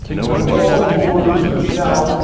and when all the orders are to sell,